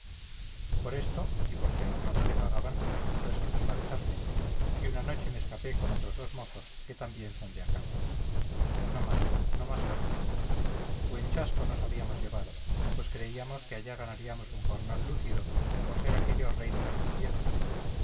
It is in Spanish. por esto y porque a uno no le pagaban resolví marcharme y una noche me escapé con otros dos mozos que también son de acá no más no más facción buen chasco nos habíamos llevado pues creíamos que allá ganaríamos un jornal lucido por ser aquello reino pretendiente